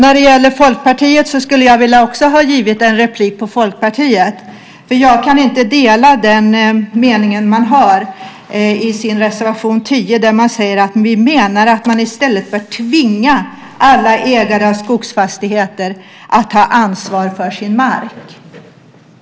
Jag skulle ha tagit en replik på Folkpartiet också, för jag kan inte dela den mening man har i reservation 10 där man säger att alla ägare av skogsfastigheter bör tvingas att ta ansvar för mark.